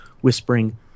whispering